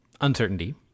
uncertainty